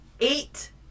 Eight